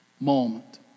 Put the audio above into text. moment